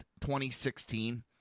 2016